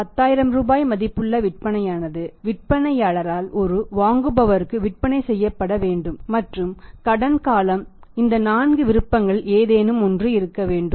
10000 ரூபாய் மதிப்புள்ள விற்பனையானது விற்பனையாளரால் ஒரு வாங்குபவருக்கு விற்பனை செய்யப்பட வேண்டும் மற்றும் கடன் காலம் இந்த 4 விருப்பங்களில் ஏதேனும் ஒன்று வேண்டும்